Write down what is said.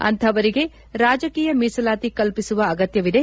ಅಂಥವರಿಗೆ ರಾಜಕೀಯ ಮೀಸಲಾತಿ ಕಲ್ಪಿಸುವ ಅಗತ್ತವಿದೆ